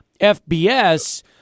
FBS